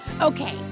Okay